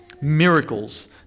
Miracles